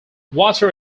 water